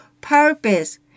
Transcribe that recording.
purpose